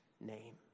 name